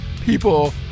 people